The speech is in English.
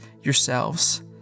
yourselves